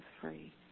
free